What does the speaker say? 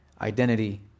identity